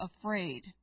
afraid